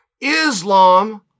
Islam